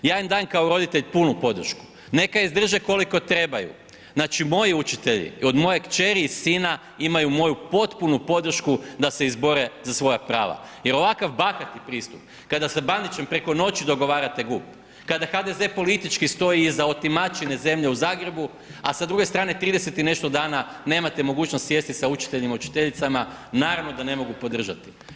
Ja im dajem kao roditelj punu podršku, neka izdrže koliko trebaju, znači moji učitelji, od moje kćeri i sina, imaju moju potpunu podršku da se izbore za svoja prava jer ovakav bahati pristup kada sa Bandićem preko noći dogovarate GUP, kada HDZ politički stoji iza otimačine zemlje u Zagrebu a sa druge strane 30 i nešto dana nemate mogućnosti sjesti sa učiteljima i učiteljicama, naravno da ne mogu podržati.